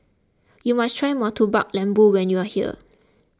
you must try Murtabak Lembu when you are here